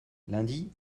lundi